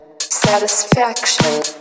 Satisfaction